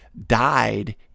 died